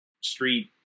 street